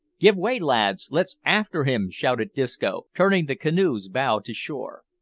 give way, lads let's after him, shouted disco, turning the canoe's bow to shore.